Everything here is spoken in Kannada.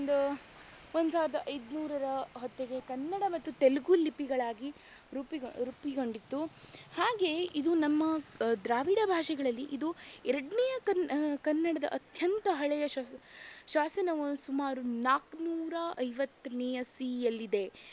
ಒಂದು ಒಂದು ಸಾವಿರ್ದ ಐದು ನೂರರ ಹೊತ್ತಿಗೆ ಕನ್ನಡ ಮತ್ತು ತೆಲುಗು ಲಿಪಿಗಳಾಗಿ ರೂಪುಗೊ ರೂಪುಗೊಂಡಿತ್ತು ಹಾಗೆಯೆ ಇದು ನಮ್ಮ ದ್ರಾವಿಡ ಭಾಷೆಗಳಲ್ಲಿ ಇದು ಎರಡನೇ ಕನ್ನಡದ ಅತ್ಯಂತ ಹಳೆಯ ಶಾಸ ಶಾಸನವು ಸುಮಾರು ನಾಲ್ಕ್ನೂರ ಐವತ್ತನೆಯ ಸಿಯಲ್ಲಿದೆ